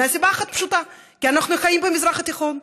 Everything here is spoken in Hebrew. מסיבה אחת פשוטה: כי אנחנו חיים במזרח התיכון,